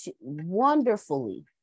wonderfully